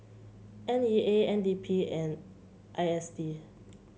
N E A N D P and I S D